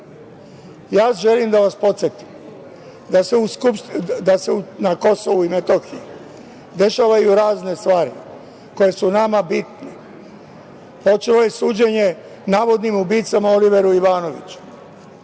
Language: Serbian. da vas podsetim da se na Kosovu i Metohiji dešavaju razne stvari, koje su nama bitne. Počelo je suđenje navodnim ubicama Olivera Ivanovića.